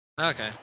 Okay